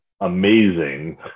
amazing